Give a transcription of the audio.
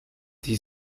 die